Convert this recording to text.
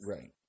Right